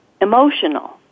emotional